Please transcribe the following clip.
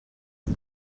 are